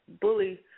bully